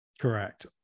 Correct